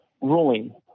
ruling